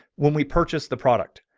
when we purchased the product,